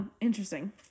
interesting